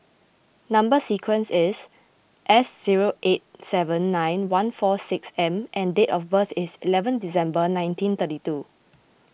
Number Sequence is S zero eight seven nine one four six M and date of birth is eleven December nineteen thirty two